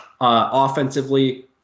Offensively